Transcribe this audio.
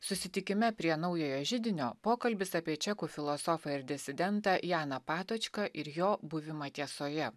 susitikime prie naujojo židinio pokalbis apie čekų filosofą ir disidentą janą patočką ir jo buvimą tiesoje